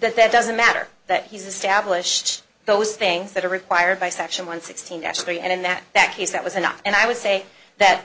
that that doesn't matter that he's established those things that are required by section one sixteen actually and in that that case that was enough and i would say that